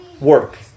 work